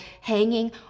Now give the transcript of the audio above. hanging